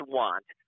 want